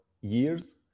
years